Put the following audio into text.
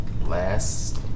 last